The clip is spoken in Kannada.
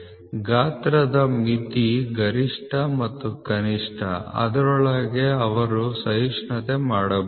ಗಾತ್ರದ ಮಿತಿ ಗರಿಷ್ಠ ಮತ್ತು ಕನಿಷ್ಠ ಅದರೊಳಗೆ ಅವರು ಸಹಿಷ್ಣುತೆ ಮಾಡಬೇಕು